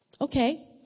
Okay